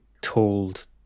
told